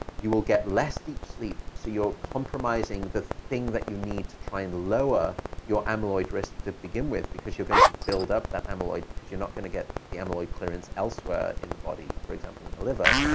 you will get less deep sleep. so you're compromising the thing that you need to try and lower your amyloid risk to begin with, because you're going to build up that amyloid, because you're not going to get the amyloid clearance elsewhere in the body, for example, in the liver.